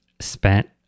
spent